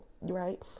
Right